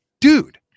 dude